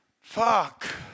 Fuck